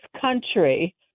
country